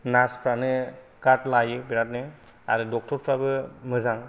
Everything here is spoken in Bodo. नार्सफ्रानो गार्ड लायो बिरातनो आरो डाक्टरफ्राबो मोजां